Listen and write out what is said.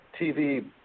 TV